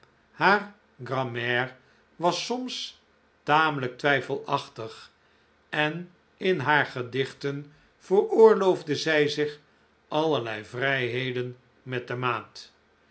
was soms tamelijk twijfelachtig en in haar gedichten veroorloofde zij zich allerlei vrijheden met de maat